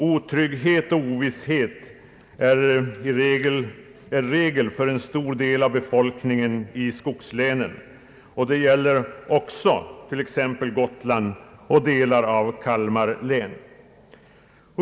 Otrygghet och ovisshet är regel för en stor del av befolkningen i skogslänen. Det gäller också t.ex. Gotland och delar av Kalmar län.